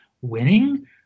winning